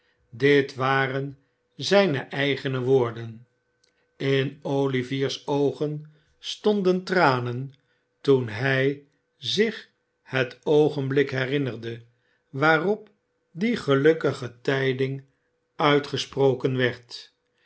dit waren zijne eigene woorden in olivier's oogen stonden tranen toen hij zich het oogenfrik herinnerde waarop die gelukkige tijding uitgesproken werd